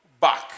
back